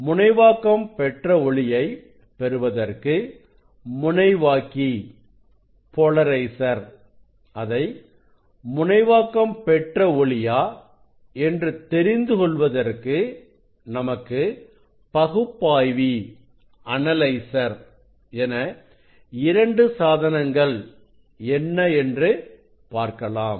முனைவாக்கம் பெற்ற ஒளியை பெறுவதற்கு முனைவாக்கி அதை முனைவாக்கம் பெற்ற ஒளியா என்று தெரிந்துகொள்வதற்கு நமக்கு பகுப்பாய்வி என இரண்டு சாதனங்கள் என்ன என்று பார்க்கலாம்